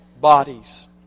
bodies